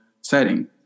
setting